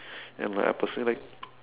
then like I personally like